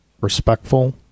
respectful